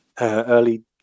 early